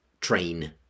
train